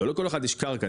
לא לכל אחד יש קרקע,